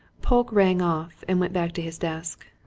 polke rang off and went back to his desk.